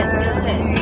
good